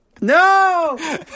No